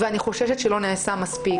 ואני חושבת שלא נעשה מספיק.